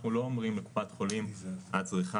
אנחנו לא אומרים לקופת החולים "את צריכה